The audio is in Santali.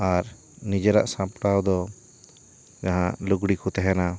ᱟᱨ ᱱᱤᱡᱮᱨᱟᱜ ᱥᱟᱯᱲᱟᱣ ᱫᱚ ᱡᱟᱦᱟᱸ ᱞᱩᱜᱽᱲᱤ ᱠᱚ ᱛᱟᱦᱮᱱᱟ